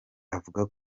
avuga